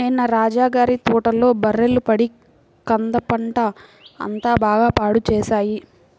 నిన్న రాజా గారి తోటలో బర్రెలు పడి కంద పంట అంతా బాగా పాడు చేశాయి